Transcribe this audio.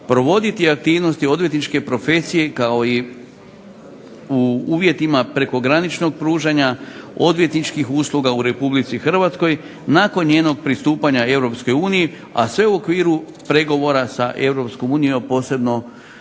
provoditi aktivnosti odvjetničke profesije kao i u uvjetima prekograničnih pružanja odvjetničkih usluga u RH nakon njenog pristupanja EU, a sve u okviru pregovora sa EU posebno